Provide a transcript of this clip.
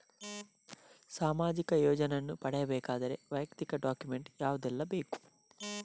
ಸಾಮಾಜಿಕ ಯೋಜನೆಯನ್ನು ಪಡೆಯಬೇಕಾದರೆ ವೈಯಕ್ತಿಕ ಡಾಕ್ಯುಮೆಂಟ್ ಯಾವುದೆಲ್ಲ ಬೇಕು?